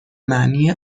معنی